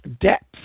depth